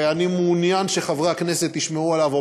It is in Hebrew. ואני מעוניין שחברי הכנסת ישמעו עליו,